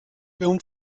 film